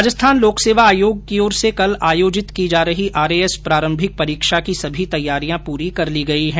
राजस्थान लोक सेवा आयोग की ओर से कल आयोजित की जा रही आरएएस प्रारंभिक परीक्षा की सभी तैयारियां पूरी कर ली गई है